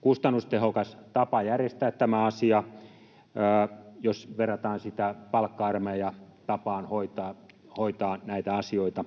kustannustehokas tapa järjestää tämä asia, jos verrataan sitä palkka-armeijatapaan hoitaa näitä asioita.